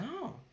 No